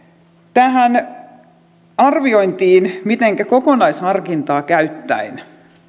tähän arviointiin mitenkä kokonaisharkintaa käyttäen